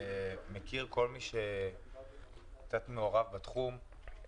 מכיר כל מי שקצת מעורב בתחום,